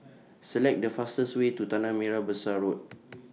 Select The fastest Way to Tanah Merah Besar Road